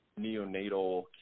neonatal